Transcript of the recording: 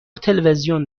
تلویزیون